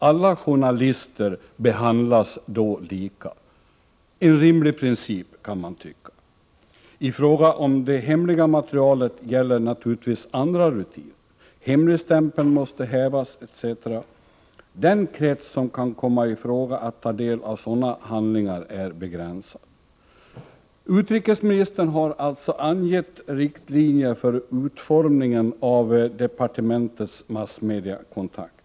Alla journalister behandlas då lika — en rimlig princip, kan man tycka. I fråga om det hemliga materialet gäller naturligtvis andra rutiner. Hemligstämpeln måste hävas etc. Den krets som kan komma i fråga när det gäller att ta del av sådana handlingar är begränsad. Utrikesministern har alltså angett riktlinjer för utformningen av departementets massmediakontakter.